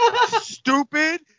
Stupid